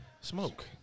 smoke